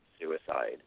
suicide